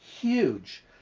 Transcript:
huge